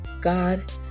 God